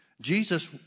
jesus